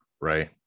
right